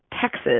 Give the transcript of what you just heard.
Texas